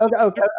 Okay